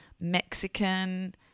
Mexican